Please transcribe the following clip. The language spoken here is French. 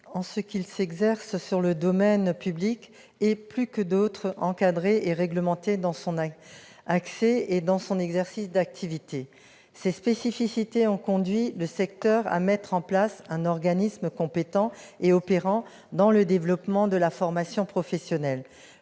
en ce qu'il s'exerce sur le domaine public, est, plus que d'autres, encadré et réglementé dans son accès et son exercice d'activité. Ces spécificités ont conduit le secteur à mettre en place un organisme compétent et opérant dans le développement de la formation professionnelle,